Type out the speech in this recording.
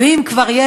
ואם יש,